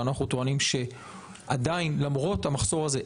אנחנו טוענים שלמרות המחסור הזה,